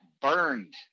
burned